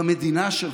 במדינה שלך.